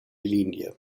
linie